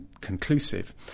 conclusive